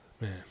man